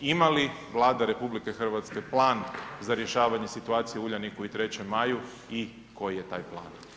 Imali li Vlada RH plan za rješavanje situacije u Uljaniku i 3. maju i koji je taj plan?